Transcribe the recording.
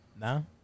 No